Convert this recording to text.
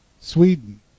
Sweden